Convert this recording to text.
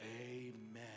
amen